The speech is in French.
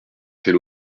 fait